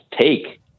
take